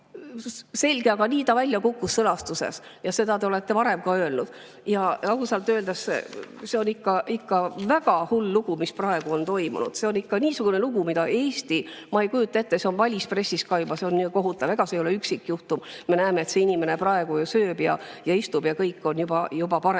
selge, aga nii ta välja kukkus sõnastuses, ja seda te olete varem ka öelnud. Ausalt öeldes see on ikka väga hull lugu, mis praegu on toimunud. See on ikka niisugune lugu, mida Eesti … Ma ei kujuta ette, see on välispressis ka juba, see on kohutav. Ega see ei ole üksikjuhtum. Me näeme, et see inimene praegu sööb ja istub ja kõik on juba parem.